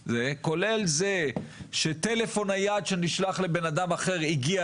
כולל זה שטלפון נייד שנשלח לבן אדם אחר הגיע